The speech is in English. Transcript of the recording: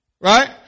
Right